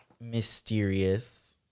Mysterious